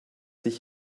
sich